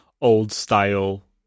old-style